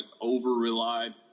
over-relied